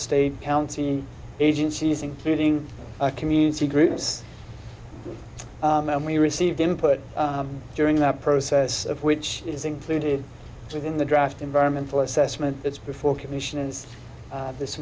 state county agencies including community groups and we received input during that process of which is included within the draft environmental assessment that's before commission is this